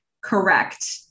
Correct